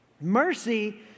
Mercy